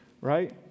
right